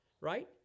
right